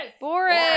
Boris